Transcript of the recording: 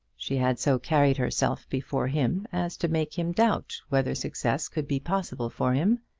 she had so carried herself before him as to make him doubt whether success could be possible for him.